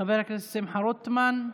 חבר הכנסת שמחה רוטמן,